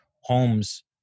homes